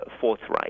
forthright